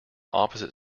opposite